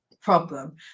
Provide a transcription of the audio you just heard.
problem